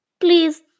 Please